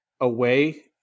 away